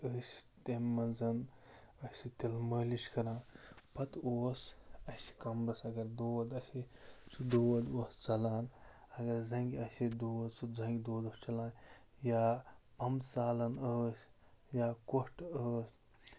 ٲسۍ تَمہِ مَنز ٲسۍ تیٖلہِ مٲلِش کَران پَتہٕ اوس اَسہِ کمبرَس اگر دود آسہِ ہے سُہ دود اوس ژَلان اگر زَنٛگہِ آسہِ ہے دود سُہ زَنٛگہِ دود اوس چَلان یا پمہٕ ژالن ٲس یا کۄٹھ ٲس